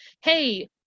hey